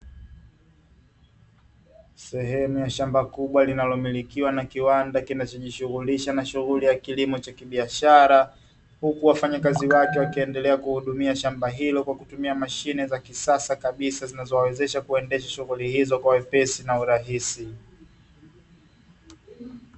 Sehemu ya shamba kubwa linalo milikiwa na kiwanda kinachojishughulisha na shughuli ya kilimo cha kibiashara, huku wafanyakazi wake wakiendelea kuhudumia shamba hilo kwa kutumia mashine za kisasa kabisa zinazowawezesha kuendesha shughuli hizo kwa wepesi na urahisi.